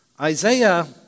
Isaiah